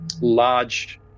large